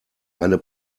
eine